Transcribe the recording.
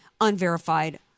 unverified